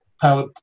power